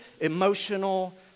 emotional